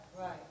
right